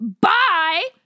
bye